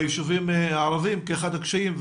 ביישובים הערביים כאחד הקשיים,